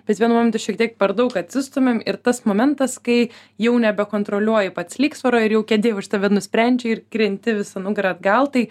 bet vienu momentu šiek tiek per daug atsistumiam ir tas momentas kai jau nebekontroliuoji pats lygsvarą ir jau kėdė už tave nusprendžia ir krenti visa nugara atgal tai